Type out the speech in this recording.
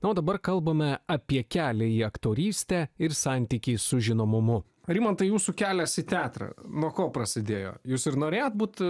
na o dabar kalbame apie kelią į aktorystę ir santykį su žinomumu rimantai jūsų kelias į teatrą nuo ko prasidėjo jūs ir norėjot būt